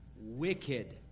wicked